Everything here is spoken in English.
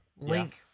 Link